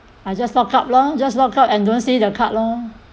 I just log out lor just log out and don't see the card lor